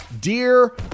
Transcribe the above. Dear